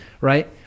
right